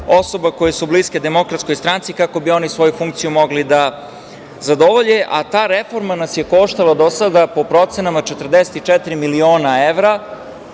osoba koje su bliske DS, kako bi oni svoju funkciju mogli da zadovolje. Ta reforma nas je koštala do sada, po procenama, 44 miliona evra.